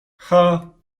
cha